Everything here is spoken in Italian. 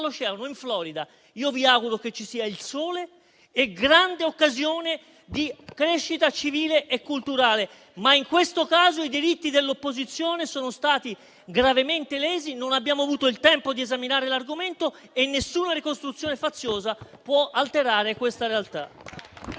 dall'oceano, in Florida. Vi auguro che ci siano il sole e grandi occasioni di crescita civile e culturale, ma in questo caso i diritti dell'opposizione sono stati gravemente lesi, non abbiamo avuto il tempo di esaminare l'argomento e nessuna ricostruzione faziosa può alterare questa realtà.